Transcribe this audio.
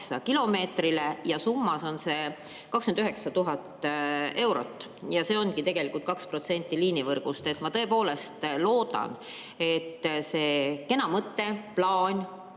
kilomeetrile ja rahas on see 29 000 eurot. See ongi tegelikult 2% liinivõrgust. Ma tõepoolest loodan, et see kena mõte, plaan